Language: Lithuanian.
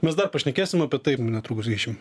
mes dar pašnekėsim apie tai netrukus grįšim